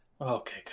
Okay